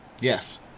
Yes